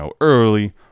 early